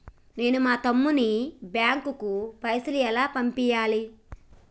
నేను మా తమ్ముని బ్యాంకుకు పైసలు ఎలా పంపియ్యాలి?